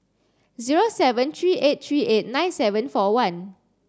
zero seven three eight three eight nine seven four one